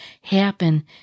happen